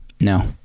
No